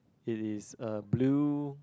it is a blue